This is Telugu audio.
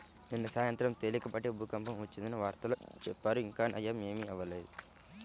నిన్న సాయంత్రం తేలికపాటి భూకంపం వచ్చిందని వార్తల్లో చెప్పారు, ఇంకా నయ్యం ఏమీ అవ్వలేదు